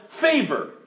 favor